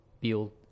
build